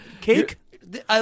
Cake